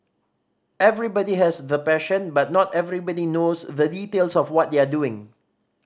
everybody has the passion but not everybody knows the details of what they are doing